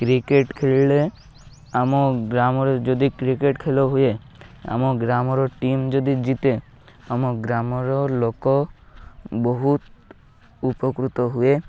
cricket ଖେଳିଲେ ଆମ ଗ୍ରାମରେ ଯଦି କ୍ରିକେଟ୍ ଖେଲ ହୁଏ ଆମ ଗ୍ରାମର ଟିମ୍ ଯଦି ଜିତେ ଆମ ଗ୍ରାମର ଲୋକ ବହୁତ ଉପକୃତ ହୁଏ